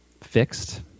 fixed